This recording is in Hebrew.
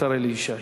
השר אלי ישי.